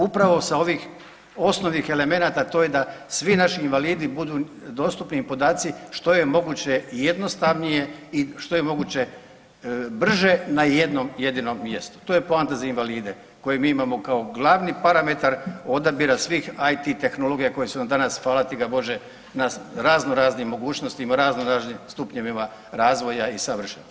Upravo sa ovih osnovnih elemenata, a to je da svi naši invalidi budu dostupni im podaci što je moguće jednostavnije i što je moguće brže na jednom jedinom mjestu, to je poanta za invalide koje mi imamo kao glavni parametar odabira svih IT tehnologija koje su nam danas, hvala ti ga Bože na raznoraznim mogućnostima, raznoraznim stupnjevima razvoja i savršenosti.